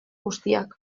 guztiak